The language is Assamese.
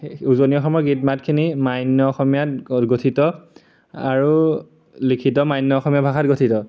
উজনি অসমৰ গীত মাতখিনি মান্য অসমীয়াত গঠিত আৰু লিখিত মান্য অসমীয়া ভাষাত গঠিত